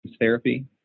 therapy